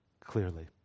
clearly